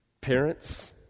parents